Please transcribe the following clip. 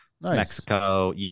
Mexico